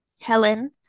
helen